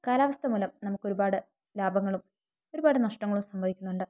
കാലാവസ്ഥ മൂലം നമുക്കൊരുപാട് ലാഭങ്ങളും ഒരുപാട് നഷ്ടങ്ങളും സംഭവിക്കുന്നുണ്ട്